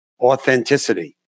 authenticity